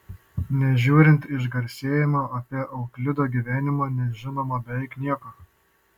nežiūrint išgarsėjimo apie euklido gyvenimą nežinoma beveik nieko